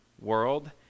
world